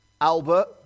Albert